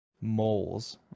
Moles